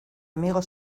amigo